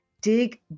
dig